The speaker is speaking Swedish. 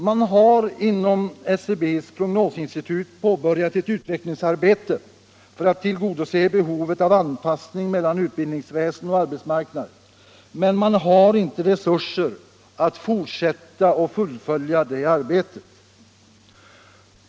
Man har inom SCB:s prognosinstitut påbörjat ett utvecklingsarbete för att tillgodose behovet av anpassning mellan utbildningsväsen och arbetsmarknad, men man har inte resurser att fortsätta och fullfölja det arbetet.